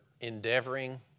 endeavoring